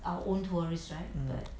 mm